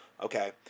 Okay